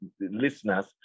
listeners